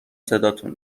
صداتون